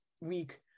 week